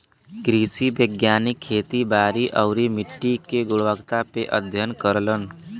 कृषि वैज्ञानिक खेती बारी आउरी मट्टी के गुणवत्ता पे अध्ययन करलन